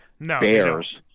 bears